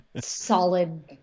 Solid